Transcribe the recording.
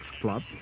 Club